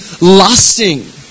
lusting